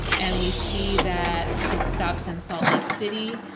and we see that it stops in salt lake city,